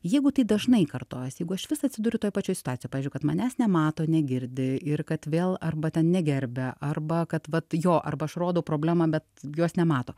jeigu tai dažnai kartojasi jeigu aš vis atsiduriu toje pačioj situacijoj pavyzdžiui kad manęs nemato negirdi ir kad vėl arba ten negerbia arba kad vat jo arba aš rodau problemą bet jos nemato